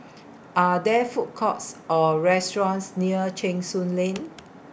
Are There Food Courts Or restaurants near Cheng Soon Lane